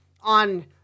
on